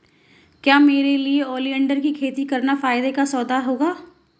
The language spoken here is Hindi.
क्या मेरे लिए ओलियंडर की खेती करना फायदे का सौदा होगा?